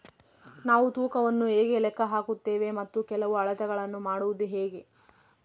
ನಾವು ತೂಕವನ್ನು ಹೇಗೆ ಲೆಕ್ಕ ಹಾಕುತ್ತೇವೆ ಮತ್ತು ಕೆಲವು ಅಳತೆಗಳನ್ನು ಮಾಡುವುದು ಹೇಗೆ?